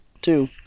Two